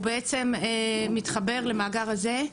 הוא בעצם מתחבר למאגר הזה,